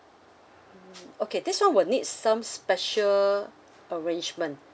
mm okay this one will need some special arrangement